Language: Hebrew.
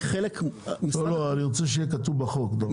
היא חלק -- לא אני רוצה שיהיה כתוב בחוק הדבר הזה,